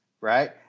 right